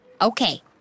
Okay